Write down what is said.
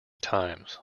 times